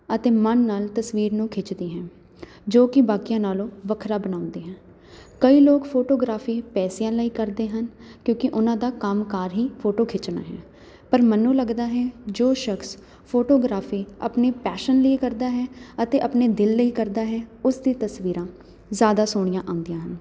ਅਤੇ ਮਨ ਨਾਲ ਤਸਵੀਰ ਨੂੰ ਖਿੱਚਦੀ ਹਾਂ ਜੋ ਕਿ ਬਾਕੀਆਂ ਨਾਲੋਂ ਵੱਖਰਾ ਬਣਾਉਂਦੇ ਹੈ ਕਈ ਲੋਕ ਫੋਟੋਗ੍ਰਾਫੀ ਪੈਸਿਆਂ ਲਈ ਕਰਦੇ ਹਨ ਕਿਉਂਕਿ ਉਨ੍ਹਾਂ ਦਾ ਕੰਮ ਕਾਰ ਹੀ ਫੋਟੋ ਖਿੱਚਣਾ ਹੈ ਪਰ ਮਨੂੰ ਲੱਗਦਾ ਹੈ ਜੋ ਸ਼ਕਸ ਫੋਟੋਗ੍ਰਾਫੀ ਆਪਣੇ ਪੈਸ਼ਨ ਲੀਏ ਕਰਦਾ ਹੈ ਅਤੇ ਆਪਣੇ ਦਿਲ ਲਈ ਕਰਦਾ ਹੈ ਉਸ ਦੀ ਤਸਵੀਰਾਂ ਜ਼ਿਆਦਾ ਸੋਹਣੀਆਂ ਆਉਂਦੀਆਂ ਹਨ